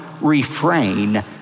refrain